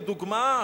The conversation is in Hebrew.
לדוגמה,